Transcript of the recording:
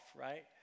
right